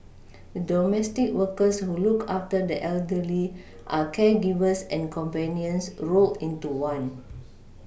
domestic workers who look after the elderly are caregivers and companions rolled into one